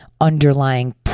underlying